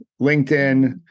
LinkedIn